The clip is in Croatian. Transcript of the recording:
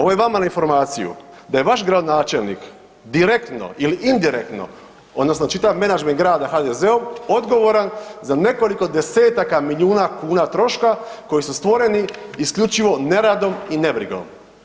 Ovo je vama na informaciju, da je vaš gradonačelnik direktno ili indirektno odnosno čitav menadžment grada HDZ-ov odgovoran za nekoliko desetaka milijuna kuna troška koji su stvoreni isključivo neradom i nebrigom.